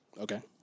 Okay